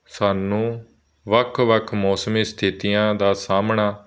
ਸਾਨੂੰ ਵੱਖ ਵੱਖ ਮੌਸਮੀ ਸਥਿਤੀਆਂ ਦਾ ਸਾਹਮਣਾ